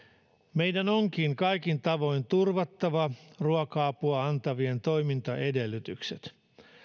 meidän onkin kaikin tavoin turvattava ruoka apua antavien toimintaedellytykset